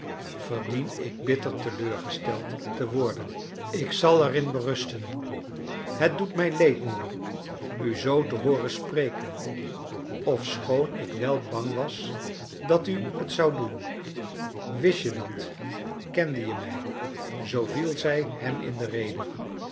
verdien ik bitter teleurgesteld te worden ik zal er in berusten het doet mij leed moeder u zoo te hooren spreken ofschoon ik wel bang was dat u het zoudt doen wist je dat kende je mij zoo viel zij hem in de rede